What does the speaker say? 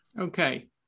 Okay